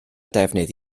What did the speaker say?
defnydd